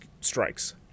strikes